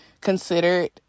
considered